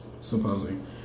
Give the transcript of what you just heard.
supposing